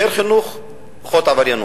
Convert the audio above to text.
יותר חינוך, פחות עבריינות.